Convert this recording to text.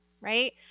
right